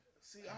See